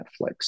Netflix